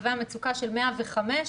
לקוי המצוקה של 105,